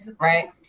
right